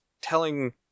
telling